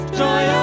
joy